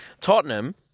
Tottenham